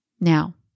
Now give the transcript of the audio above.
Now